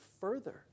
further